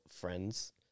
friends